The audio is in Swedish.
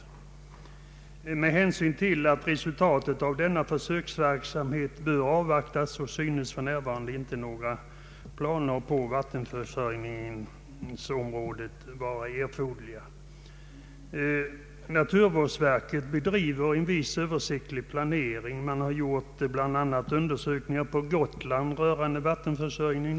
Verket anser, med hänsyn till att resultatet av viss försöksverksamhet bör avvaktas, att planer för vattenhushållningen för närvarande inte synes vara erforderliga. Naturvårdsverket bedriver en viss översiktlig planering på detta område. Verket har bl.a. gjort undersökningar på Gotland rörande öns vattenförsörjning.